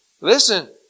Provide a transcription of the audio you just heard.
Listen